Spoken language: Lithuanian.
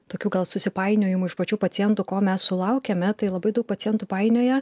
tokių gal susipainiojimų iš pačių pacientų ko mes sulaukiame tai labai daug pacientų painioja